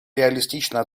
реалистично